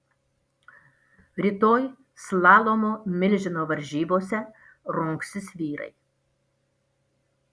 rytoj slalomo milžino varžybose rungsis vyrai